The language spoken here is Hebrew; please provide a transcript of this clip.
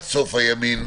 עד סוף הימין.